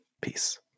Peace